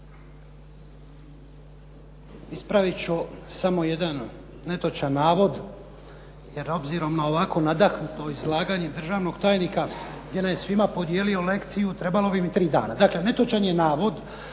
Ispraviti ću samo jedan netočan navod, jer obzirom na ovako nadahnuto izlaganje državnog tajnika gdje nam je svima podijelio lekciju, trebalo bi mi tri dana. Dakle, netočan je navod